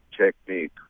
technique